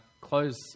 close